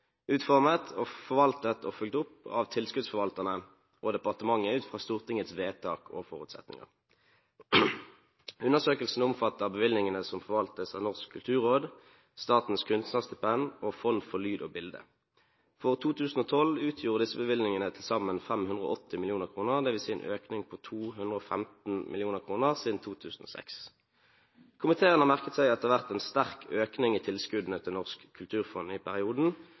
utformet, forvaltet og fulgt opp av tilskuddsforvalterne og departementet ut fra Stortingets vedtak og forutsetninger. Undersøkelsen omfatter bevilgningene som forvaltes av Norsk kulturråd, Statens kunstnerstipend og Fond for lyd og bilde. For 2012 utgjorde disse bevilgningene til sammen 580 mill. kr, dvs. en økning på 215 mill. kr siden 2006. Komiteen har merket seg at det har vært en sterk økning i tilskuddene til Norsk kulturfond i perioden,